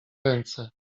ręce